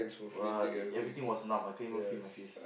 !wah! everything was numb I can't even feel my face